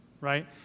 right